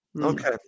Okay